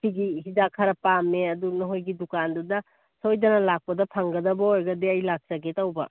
ꯁꯤꯒꯤ ꯍꯤꯗꯥꯛ ꯈꯔ ꯄꯥꯝꯃꯦ ꯑꯗꯨ ꯅꯣꯍꯣꯏꯒꯤ ꯗꯨꯀꯥꯟꯗꯨꯗ ꯁꯣꯏꯗꯅ ꯂꯥꯛꯄꯗ ꯐꯪꯒꯗꯕ ꯑꯣꯏꯔꯗꯤ ꯑꯩ ꯂꯥꯛꯆꯒꯦ ꯇꯧꯕ